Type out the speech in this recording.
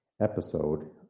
episode